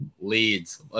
Leads